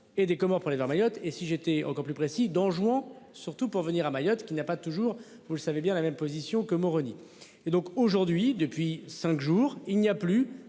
et des Comores pour aller vers Mayotte et si j'étais encore plus précis d'Anjouan surtout pour venir à Mayotte qui n'a pas toujours, vous le savez bien la même position que Moroni et donc aujourd'hui. Depuis 5 jours. Il n'y a plus